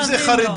אם זה חרדי,